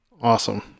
Awesome